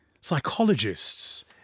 Psychologists